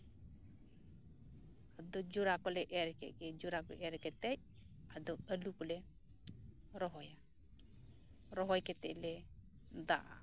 ᱟᱫᱚ ᱡᱚᱨᱟ ᱠᱚᱞᱮ ᱮᱨ ᱠᱮᱫ ᱜᱮ ᱡᱚᱨᱟ ᱠᱚ ᱮᱨ ᱠᱟᱛᱮ ᱟᱫᱚ ᱟᱹᱞᱩ ᱠᱚᱞᱮ ᱨᱚᱦᱚᱭᱟ ᱨᱚᱦᱚᱭ ᱠᱟᱛᱮ ᱞᱮ ᱫᱟᱜᱼᱟᱜᱼᱟ